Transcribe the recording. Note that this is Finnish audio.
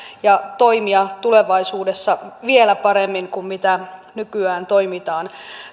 ja toimia tulevaisuudessa vielä paremmin kuin mitä nykyään toimitaan